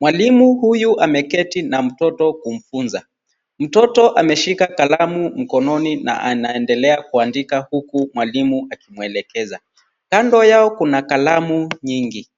Mwalimu huyu ameketi na mtoto kumfunza. Mtoto ameshika kalamu mkononi na anaendelea kuandika huku mwalimu akimuelekeza. Kando yao kuna kalamu nyingi.